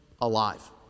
alive